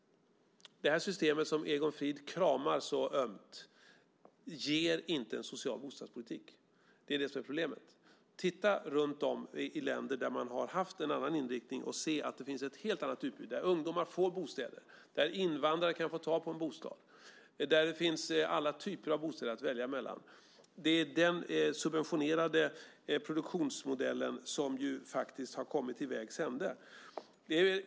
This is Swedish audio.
Det system som Egon Frid kramar så ömt ger inte en social bostadspolitik. Det är det som är problemet. Titta runtom i länder där man har haft en annan inriktning och se att de har ett helt annat utbud. Ungdomar får bostäder, invandrare kan få tag på en bostad och det finns alla typer av bostäder att välja bland. Det är den subventionerade produktionsmodellen som ju faktiskt har kommit till vägs ände.